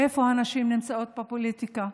איפה הנשים נמצאות בפוליטיקה.